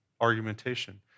argumentation